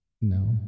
No